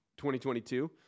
2022